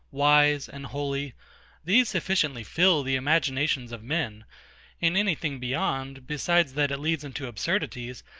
wise, and holy these sufficiently fill the imaginations of men and any thing beyond, besides that it leads into absurdities,